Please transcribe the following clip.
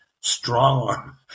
strong-arm